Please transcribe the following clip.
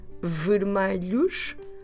vermelhos